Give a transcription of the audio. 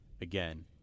again